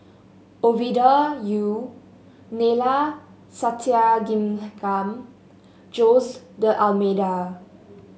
Ovidia Yu Neila Sathyalingam Jose D'Almeida